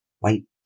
Wait